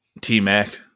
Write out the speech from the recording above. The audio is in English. T-Mac